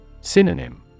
Synonym